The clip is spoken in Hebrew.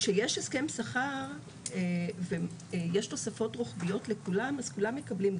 כשיש הסכם שכר ויש תוספות רוחביות לכולם אז כולם מקבלים,